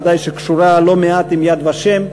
ודאי שקשורה לא מעט ל"יד ושם",